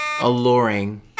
alluring